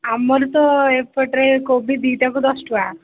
ଆମର ତ ଏପଟରେ କୋବି ଦୁଇଟାକୁ ଦଶ ଟଙ୍କା